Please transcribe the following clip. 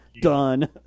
Done